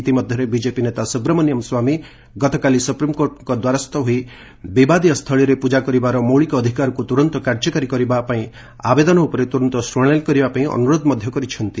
ଇତିମଧ୍ୟରେ ବିଜେପି ନେତା ସୁବ୍ରମଣ୍ୟମ୍ ସ୍ୱାମୀ ଗତକାଲି ସୁପ୍ରିମକୋର୍ଟଙ୍କ ଦ୍ୱାରସ୍ଥ ହୋଇ ବିବାଦୀୟସ୍ଥଳୀରେ ପୂଜା କରିବାର ମୌଳିକ ଅଧିକାରକୁ ତୂରନ୍ତ କାର୍ଯ୍ୟକାରୀ କରିବା ଆବେଦନ ଉପରେ ତୁରନ୍ତ ଶୁଣାଣି ପାଇଁ ଅନୁରୋଧ କରିଛନ୍ତି